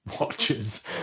watches